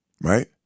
right